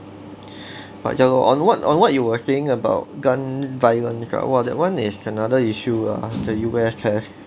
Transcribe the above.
but ya lor on what on what you were saying about gun violence ah !wah! that [one] is another issue that U_S has